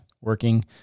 working